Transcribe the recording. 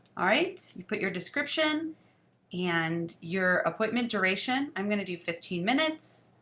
all right. you put your description and your equipment duration. i'm going to do fifteen minutes.